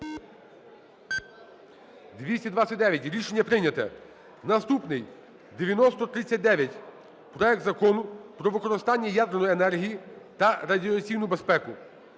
За-229 Рішення прийнято. Наступний - 9039: проект Закону про використання ядерної енергії та радіаційну безпеку.